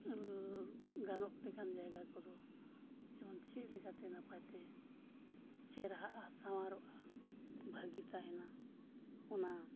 ᱞᱟᱹᱭ ᱜᱟᱱᱚᱜ ᱞᱮᱠᱟᱱ ᱡᱟᱭᱜᱟ ᱠᱚᱫᱚ ᱡᱮᱢᱚᱱ ᱪᱮᱫ ᱞᱮᱠᱟᱛᱮ ᱱᱟᱯᱟᱭᱛᱮ ᱪᱮᱨᱦᱟᱜᱼᱟ ᱥᱟᱶᱟᱨᱚᱜᱼᱟ ᱵᱷᱟᱹᱜᱤ ᱛᱟᱦᱮᱱᱟ ᱚᱱᱟ